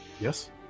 yes